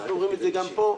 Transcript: אנחנו אומרים את זה גם פה,